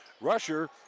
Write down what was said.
Rusher